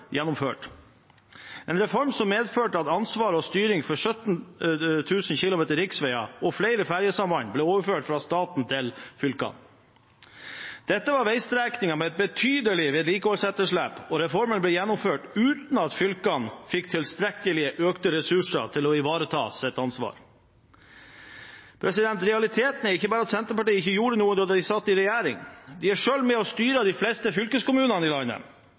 gjennomført – en reform som medførte at ansvaret for og styringen av 17 000 km riksvei og flere ferjesamband ble overført fra staten til fylkene. Dette var veistrekninger med et betydelig vedlikeholdsetterslep, og reformen ble gjennomført uten at fylkene fikk tilstrekkelig økte ressurser til å ivareta sitt ansvar. Realiteten er ikke bare at Senterpartiet ikke gjorde noe da de satt i regjering; de er selv med på å styre de fleste fylkeskommunene i landet,